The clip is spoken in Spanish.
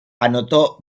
anotó